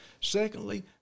Secondly